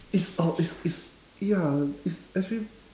it's a it's it's ya it's actually